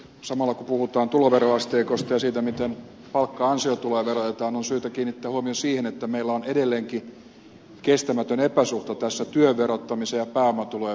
samalla kun puhutaan tuloveroasteikosta ja siitä miten palkka ja ansiotuloja verotetaan on syytä kiinnittää huomiota siihen että meillä on edelleenkin kestämätön epäsuhta tässä työn verottamisen ja pääomatulojen verottamisen välillä